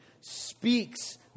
speaks